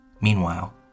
meanwhile